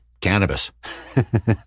cannabis